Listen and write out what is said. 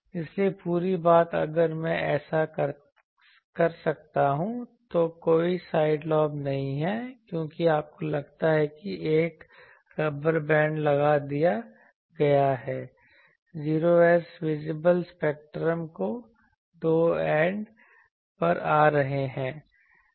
इसलिए पूरी बात अगर मैं ऐसा कर सकता हूं तो कोई साइड लॉब्स नहीं हैं क्योंकि आपको लगता है कि एक रबर बैंड लगा दिया गया है 0s विजिबल स्पेक्ट्रम के दो एंड पर आ रहे हैं